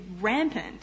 rampant